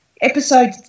episode